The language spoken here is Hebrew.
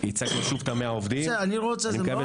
ליאור כלפה